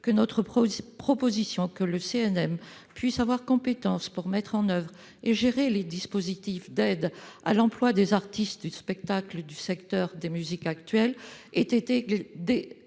que notre proposition que le CNM puisse être compétent pour mettre en oeuvre et gérer les dispositifs d'aide à l'emploi des artistes du spectacle du secteur des musiques actuelles ait été déclarée